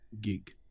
gig